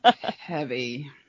Heavy